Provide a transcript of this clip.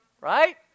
right